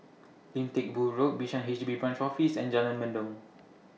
Lim Teck Boo Road Bishan H B Branch Office and Jalan Mendong